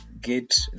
get